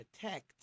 protect